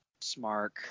Smart